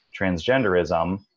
transgenderism